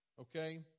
okay